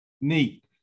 neat